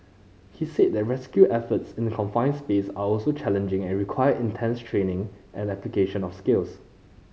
he said that rescue efforts in the confine space are also challenging and require intense training and application of skills